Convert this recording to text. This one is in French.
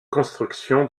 construction